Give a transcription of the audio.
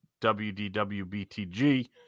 WDWBTG